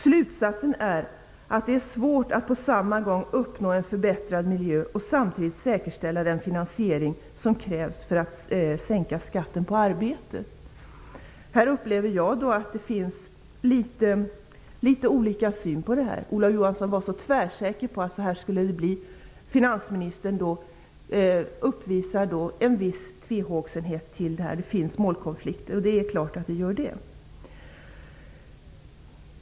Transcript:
Slutsatsen är att det är svårt att på samma gång uppnå en förbättrad miljö och samtidigt säkerställa den finansiering som krävs för att sänka skatten på arbete. Jag upplever att man ser på frågan på olika sätt. Olof Johansson var tvärsäker på hur det skulle bli. Finansministern uppvisar en viss tvehågsenhet och menar att det finns målkonflikter. Det är klart att det gör det.